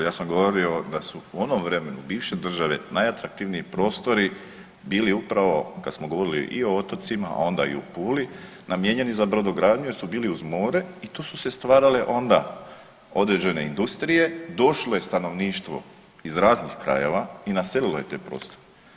Ja sam govorio da su u onom vremenu bivše države najatraktivniji prostori bili upravo kad smo govorili i o otocima onda i o Puli namijenjeni za brodogradnju jer su bili uz more i tu su se stvarale onda određene industrije, došlo je stanovništvo iz raznih krajeva i naselilo je te prostore.